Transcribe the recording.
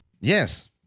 Yes